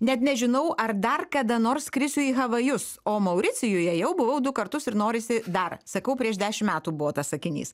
net nežinau ar dar kada nors skrisiu į havajus o mauricijuje jau buvau du kartus ir norisi dar sakau prieš dešim metų buvo tas sakinys